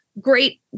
great